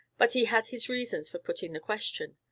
but he had his reasons for putting the question.